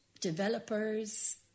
developers